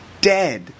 dead